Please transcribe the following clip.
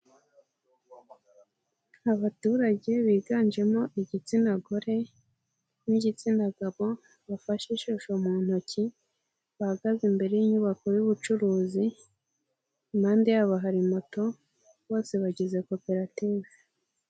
Abaturage biganjemo igitsina gore n'igitsina gabo bafashe ishusho mu ntoki, bahagaze imbere y'inyubako y'ubucuruzi, impande yabo hari moto, bose bagize koperative.